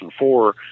2004